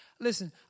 listen